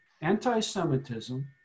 anti-Semitism